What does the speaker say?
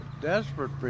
desperate